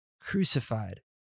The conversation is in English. crucified